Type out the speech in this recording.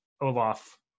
Olaf